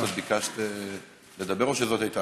אנחנו